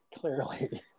Clearly